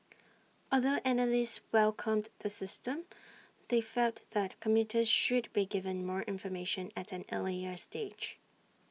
although analysts welcomed the system they felt that commuters should be given more information at an earlier stage